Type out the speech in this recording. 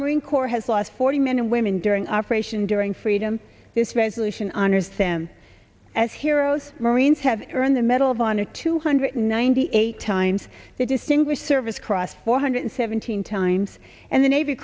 marine corps has lost forty men and women during operation during freedom this resolution honors them as heroes marines have earned the medal of honor two hundred ninety eight times the distinguished service cross four hundred seventeen times and the navy